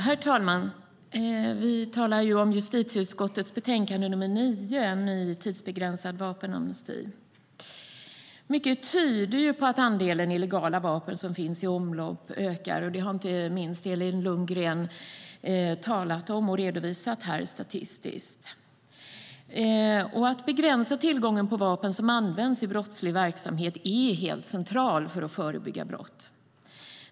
Herr talman! Vi talar om justitieutskottets betänkande nr 9, En ny tidsbegränsad vapenamnesti . Mycket tyder på att andelen illegala vapen som finns i omlopp ökar. Det har inte minst Elin Lundgren redovisat här statistiskt. Att begränsa tillgången på vapen som används vid brottslig verksamhet är helt central för att förebygga brott.